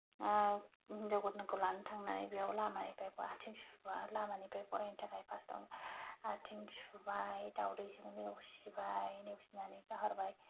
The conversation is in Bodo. हिनजाव गोदानखौ लानो थांनानै बेयाव लामानिफ्राय आथिं सुबा लामानिफ्राय बरायनो थाखाय फार्स्टआव आथिं सुबाय दाउदैजों नेवसिबाय नेवसिनानै गाहरबाय